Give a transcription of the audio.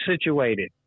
situated